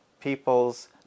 people's